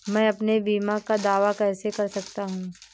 मैं अपने बीमा का दावा कैसे कर सकता हूँ?